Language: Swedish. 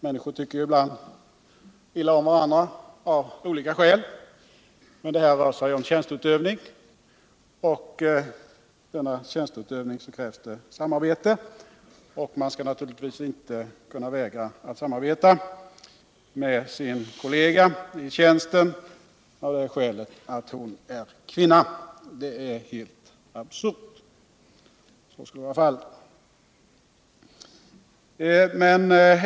Människor tycker ju ibland illa om varandra av olika skäl. men här rör det sig om tjänsteutövning. och i denna tjänsteutövning krävs det samarbete. Man skall naturligtvis inte kunna vägra att samarbeta med sin kollega i tjänsten av det skälet att hon är kvinna. Det är helt absurt.